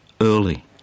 early